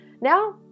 Now